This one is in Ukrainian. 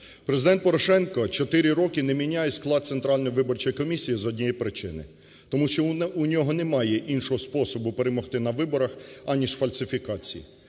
Президент Порошенко 4 роки не міняє склад Центральної виборчої комісії з однієї причини: тому що у нього немає іншого способу перемогти на виборах, аніж фальсифікації.